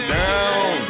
down